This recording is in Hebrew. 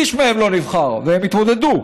איש מהם לא נבחר, והם התמודדו,